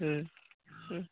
ও